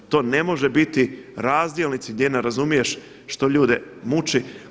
To ne može biti razdjelnici gdje ne razumiješ što ljude muči.